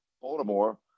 Baltimore